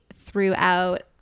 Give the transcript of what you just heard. throughout